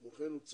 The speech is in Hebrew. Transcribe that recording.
כמו כן הוצע